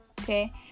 okay